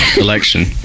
election